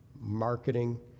marketing